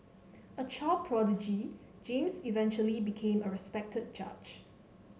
a child prodigy James eventually became a respected judge